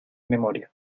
memoria